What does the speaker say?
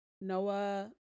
Noah